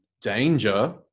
danger